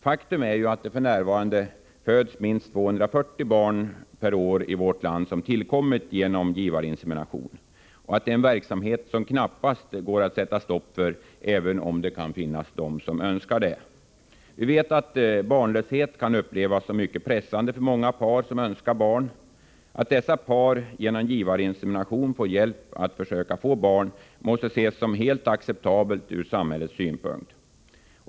Faktum är att det f.n. föds minst 240 barn per år i Sverige som tillkommit genom givarinsemination och att detta är en verksamhet som det knappast går att sätta stopp för, även om det finns de som så önskar. Vi vet att barnlöshet kan upplevas som mycket pressande för många par som önskar barn. Att dessa par genom givarinsemination får hjälp att försöka få barn måste ses som helt acceptabelt ur samhällets synpunkt.